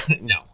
No